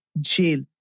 jail